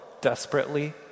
desperately